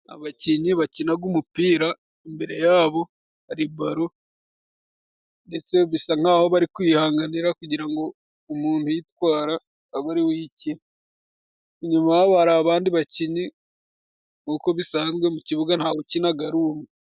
Abakinyi bakinaga umupira imbere yabo hari balo ndetse bisa nk'aho bari kuyihanganira kugira ngo umuntu uyitwara abe ari we uyikina. Inyuma yabo hari abandi bakinyi nk'uko bisanzwe mu kibuga nta ukinaga ari umwe.